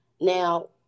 Now